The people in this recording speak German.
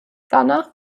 danach